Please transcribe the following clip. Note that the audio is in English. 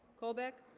colbeck